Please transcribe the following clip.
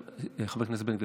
חבר הכנסת בן גביר,